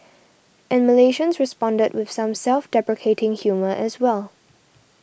and Malaysians responded with some self deprecating humour as well